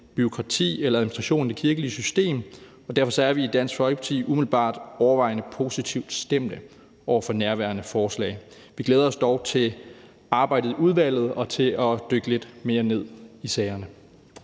bureaukrati eller administration i det kirkelige system, og derfor er vi i Dansk Folkeparti umiddelbart overvejende positivt stemte over for nærværende forslag. Vi glæder os dog til arbejdet i udvalget og til at dykke lidt mere ned i sagerne.